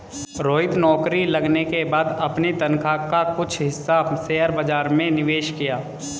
रोहित नौकरी लगने के बाद अपनी तनख्वाह का कुछ हिस्सा शेयर बाजार में निवेश किया